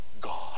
God